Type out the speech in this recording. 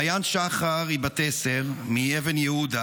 מעיין שחר היא בת עשר מאבן יהודה.